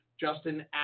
justin